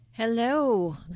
Hello